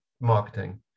marketing